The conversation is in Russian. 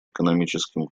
экономическим